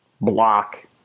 block